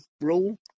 rule